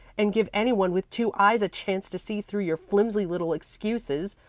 and give any one with two eyes a chance to see through your flimsy little excuses,